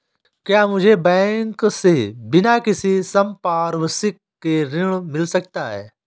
क्या मुझे बैंक से बिना किसी संपार्श्विक के ऋण मिल सकता है?